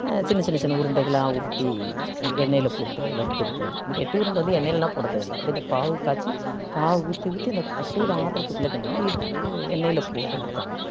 சின்ன சின்ன சின்ன உருண்டைகளாக உருட்டி எண்ணெயில் போட்டு வறுத்து எடுக்குறது இந்த கெட்டி உருண்டை வந்து எண்ணெயிலலாம் போட தேவயில்லை அப்டி அந்த பாகு காய்ச்சி பாகு ஊற்றி ஊற்றி அந்த சூடு ஆறுகிறதுக்குள்ள கிண்டுவாங்க இதில் வந்து எண்ணெயில் போட்டு எடுப்பாங்க